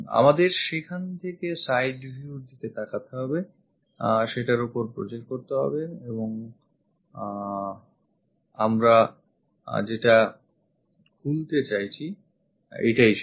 আমাদের সেখান থেকে side view র দিকে তাকাতে হবে সেটার ওপর project করতে হবে এবং আমরা যেটা খুলতে চাইছি এটাই সেটা